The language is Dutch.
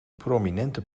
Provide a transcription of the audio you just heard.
prominente